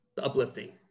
uplifting